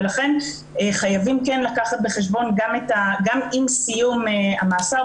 לכן חייבים כן לקחת בחשבון גם עם סיום המאסר,